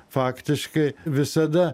faktiškai visada